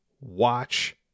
watch